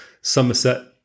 Somerset